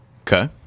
okay